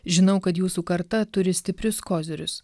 žinau kad jūsų karta turi stiprius kozirius